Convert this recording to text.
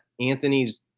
Anthony's